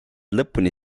lõpuni